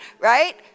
right